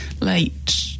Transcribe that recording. late